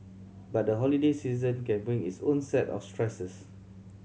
but the holiday season can bring its own set of stresses